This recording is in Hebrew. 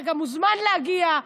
גם אתה מוזמן להגיע.